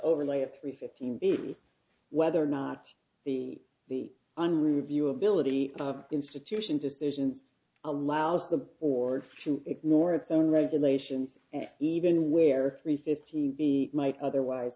overlay of three fifteen bt whether or not the the on review ability of institution decisions allows the board to ignore its own regulations and even where three fifteen b might otherwise